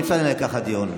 אי-אפשר לנהל ככה דיון.